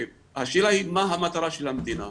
השאלה היא מה המטרה של המדינה,